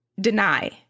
deny